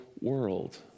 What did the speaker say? world